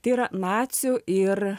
tai yra nacių ir